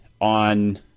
on